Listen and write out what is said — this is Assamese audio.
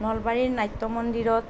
নলবাৰী নাট্য মন্দিৰত